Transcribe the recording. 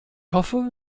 hoffe